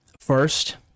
First